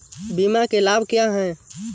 बीमा के लाभ क्या हैं?